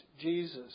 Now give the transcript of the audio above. Jesus